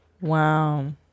Wow